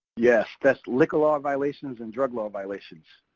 yes, that's liquor law violations and drug law violations.